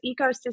ecosystem